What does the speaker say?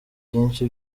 byinshi